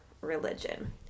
religion